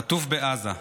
חטוף בעזה,